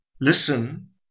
listen